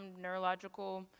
neurological